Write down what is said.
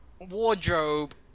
wardrobe